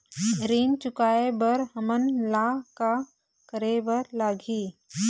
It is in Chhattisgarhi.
ऋण चुकाए बर हमन ला का करे बर लगही?